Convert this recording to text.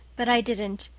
but i didn't.